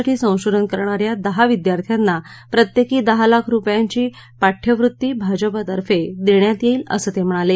साठी संशोधन करणाऱ्या दहा विद्यार्थ्यांना प्रत्येकी दहा लाख रुपयांची पाठ्यवृत्ती भाजपातर्फे देण्यात येईल असं ते म्हणाले